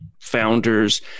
founders